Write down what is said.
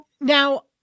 Now